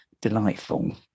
delightful